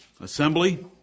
assembly